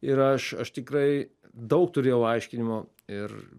ir aš aš tikrai daug turėjau aiškinimo ir